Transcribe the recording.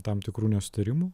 tam tikrų nesutarimų